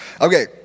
Okay